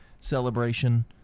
celebration